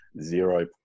zero